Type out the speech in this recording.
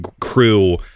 crew